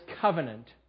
covenant